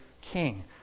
King